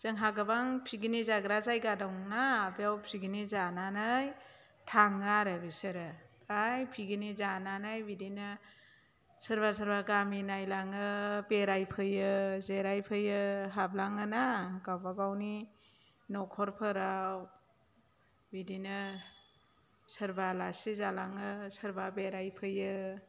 जोंहा गोबां पिकनिक जाग्रा जायगा दं ना बेयाव पिकनिक जानानै थाङो आरो बिसोरो ओमफ्राय पिकनिक जानानै बिदिनो सोरबा सोरबा गामि नायलाङो बेरायफैयो जिरायफैयो हाबलाङो ना गावबागावनि न'खरफोराव बिदिनो सोरबा आलासि जालाङो सोरबा बेरायफैयो